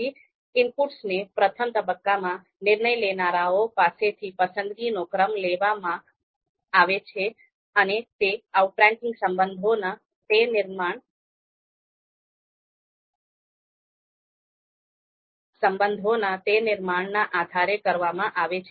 તેથી ઇનપુટ્સને પ્રથમ તબક્કામાં નિર્ણય લેનારાઓ પાસેથી પસંદગીનો ક્રમ લેવામાં આવે છે અને તે આઉટરેન્કિંગ સંબંધોના તે નિર્માણના આધારે કરવામાં આવે છે